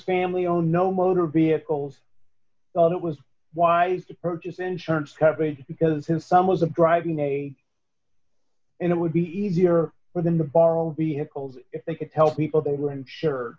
family oh no motor vehicles it was wise to purchase insurance coverage because his son was a driving day and it would be easier for them to borrow vehicles if they could tell people they were insure